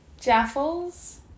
Jaffles